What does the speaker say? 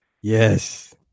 Yes